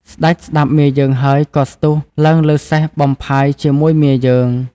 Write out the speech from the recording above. ស្តេចស្តាប់មាយើងហើយក៏ស្ទុះឡើងលើសេះបំផាយជាមួយមាយើង។